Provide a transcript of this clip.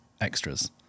extras